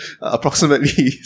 approximately